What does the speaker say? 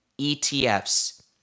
ETFs